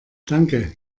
danke